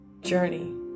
journey